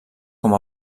com